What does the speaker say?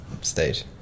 stage